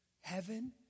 Heaven